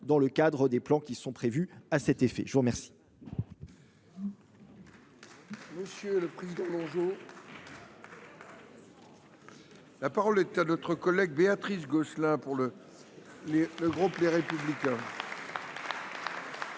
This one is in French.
dans le cadre des plans qui sont prévus à cet effet. Sous un